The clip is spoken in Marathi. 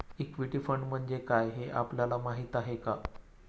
इक्विटी फंड म्हणजे काय, हे आपल्याला माहीत आहे का?